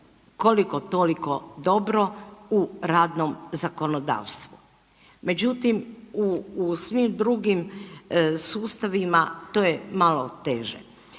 koliko-toliko dobro u radnom zakonodavstvu. Međutim, u u svim drugim sustavima to je malo teže.